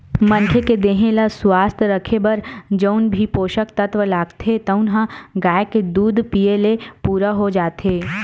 मनखे के देहे ल सुवस्थ राखे बर जउन भी पोसक तत्व लागथे तउन ह गाय के दूद पीए ले पूरा हो जाथे